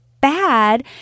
bad